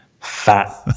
fat